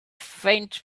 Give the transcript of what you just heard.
faint